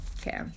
Okay